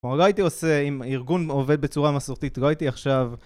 לא הייתי עושה, אם ארגון עובד בצורה מסורתית, לא הייתי עכשיו...